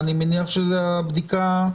בדיקה.